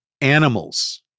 animals